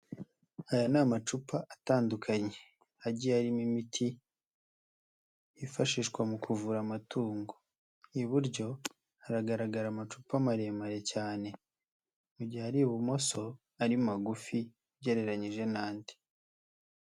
Aya ni amacupa atandukanye agiye arimo imiti yifashishwa mu kuvura amatungo, iburyo haragaragara amacupa maremare cyane mu gihe ari ibumoso ari magufi ugereranyije n'andi.